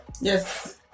yes